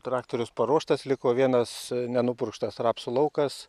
traktorius paruoštas liko vienas ne nupurkštas rapsų laukas